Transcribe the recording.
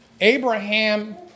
Abraham